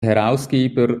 herausgeber